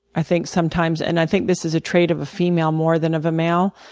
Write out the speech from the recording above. i think sometimes and i think this is a trait of a female more than of a male.